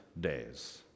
days